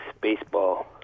baseball